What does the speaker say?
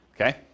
okay